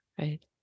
right